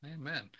Amen